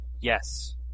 Yes